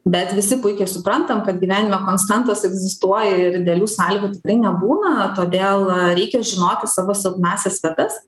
bet visi puikiai suprantam kad gyvenime konstantos egzistuoja ir idealių sąlygų tikrai nebūna todėl reikia žinoti savo silpnąsias vietas